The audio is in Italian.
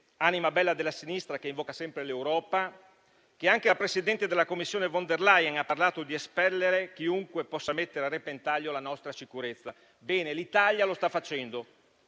anima bella della sinistra che invoca sempre l'Europa che anche la presidente della Commissione von der Leyen ha parlato di espellere chiunque possa mettere a repentaglio la nostra sicurezza. Bene: l'Italia lo sta facendo.